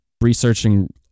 researching